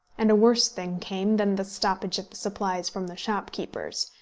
and a worse thing came than the stoppage of the supplies from the shopkeepers.